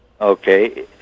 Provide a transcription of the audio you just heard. Okay